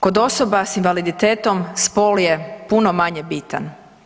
Kod osoba s invaliditetom spol je puno manje bitan.